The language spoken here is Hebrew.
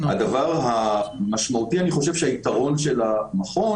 הדבר המשמעותי זה היתרון של המכון